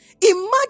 Imagine